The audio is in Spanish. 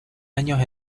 años